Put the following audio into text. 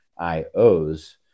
IOs